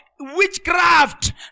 witchcraft